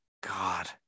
God